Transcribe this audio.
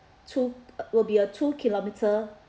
two will be a two kilometer